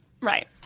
Right